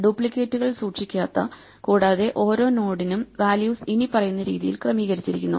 ഡ്യൂപ്ലിക്കേറ്റുകൾ സൂക്ഷിക്കാത്ത കൂടാതെ ഓരോ നോഡിനും വാല്യൂസ് ഇനിപ്പറയുന്ന രീതിയിൽ ക്രമീകരിച്ചിരിക്കുന്നു